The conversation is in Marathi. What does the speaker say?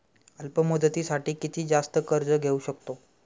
अल्प मुदतीसाठी किती जास्त कर्ज घेऊ शकतो?